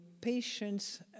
patience